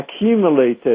accumulated